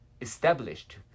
established